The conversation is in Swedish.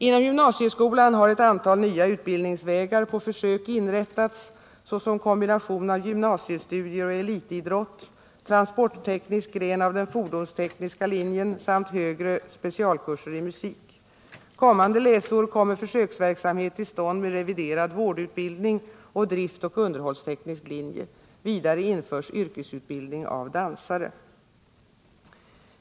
Inom gymnasieskolan har ett antal nya utbildningsvägar på försök inrättats, såsom kombination av gymnasiestudier och elitidrott, transportteknisk gren av den fordonstekniska linjen samt högre specialkurser i musik. Kommande läsår kommer försöksverksamhet till stånd med reviderad vårdutbildning och driftoch underhållsteknisk linje. Vidare införs yrkesutbildning av dansare.